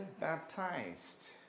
baptized